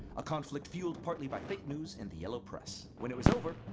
a conflict fueled partly by fake news and the yellow press. when it was over,